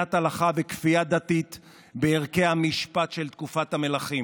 מדינת הלכה וכפייה דתית וערכי המשפט של תקופת המלכים.